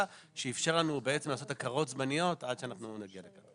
שאפשר לנו לעשות הכרות זמניות עד שאנחנו נגיע לפה.